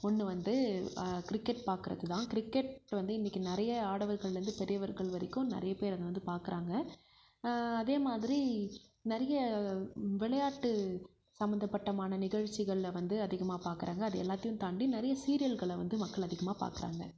ஒன்று வந்து கிரிக்கெட் பார்க்குறது தான் கிரிக்கெட் வந்து இன்னிக்கு நிறைய ஆடவர்கள்லேருந்து பெரியவர்கள் வரைக்கும் நிறைய பேர் அதை வந்து பார்க்கறாங்க அதே மாதிரி நிறைய விளையாட்டு சம்மந்தப்பட்டமான நிகழ்ச்சிகள்வந்து அதிகமாக பார்க்கறாங்க அதை எல்லாத்தையும் தாண்டி நிறைய சீரியல்களை வந்து மக்கள் அதிகமாக பார்க்கறாங்க